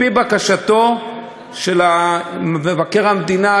על-פי בקשתו של מבקר המדינה,